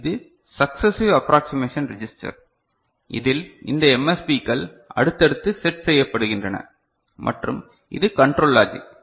இது successive approximation register இதில் இந்த MSBகள் அடுத்தடுத்து செட் செய்யப்படுகின்றன மற்றும் இது கண்ட்ரோல் லாஜிக்